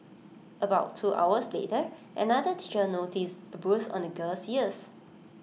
about two hours later another teacher noticed A bruise on the girl's ears